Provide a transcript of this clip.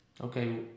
okay